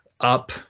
Up